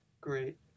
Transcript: great